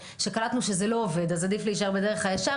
שקלטנו שזה לא עובד אז עדיף להישאר בדרך הישר